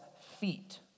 feet